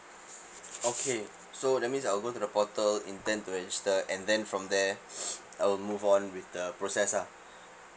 okay so that means I'll go to the portal intend to register and then from there I will move on with the process ah